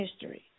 history